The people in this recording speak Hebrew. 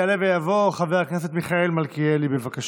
יעלה ויבוא חבר הכנסת מיכאל מלכיאלי, בבקשה.